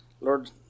Lord